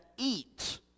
eat